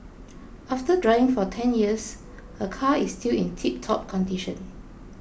after driving for ten years her car is still in tiptop condition